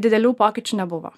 didelių pokyčių nebuvo